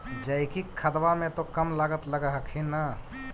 जैकिक खदबा मे तो कम लागत लग हखिन न?